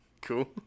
Cool